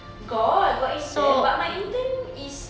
got got intern but my intern is